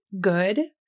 good